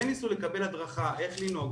כן ניסו לקבל הדרכה איך לנהוג,